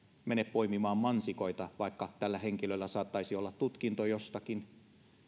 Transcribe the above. mene poimimaan mansikoita vaikka tällä henkilöllä saattaisi olla tutkinto jostakin